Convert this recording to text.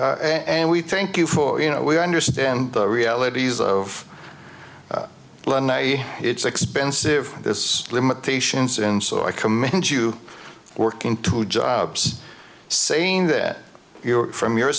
lot and we thank you for you know we understand the realities of it's expensive this limitations and so i commend you working two jobs saying that you're from your